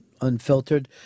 Unfiltered